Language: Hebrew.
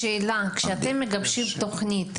כשאתם מגבשים תוכנית,